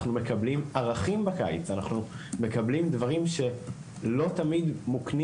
אנחנו מקבלים ערכים בקיץ ודברים שלא תמיד מוקנים